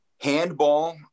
handball